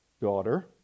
daughter